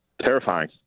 terrifying